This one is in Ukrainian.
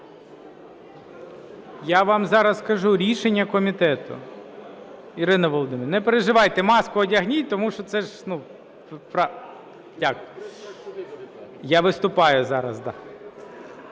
Я вам зараз скажу рішення комітету. Ірино Володимирівно, не переживайте. Маску одягніть, тому що це ж... (Шум у залі) Я виступаю зараз, да.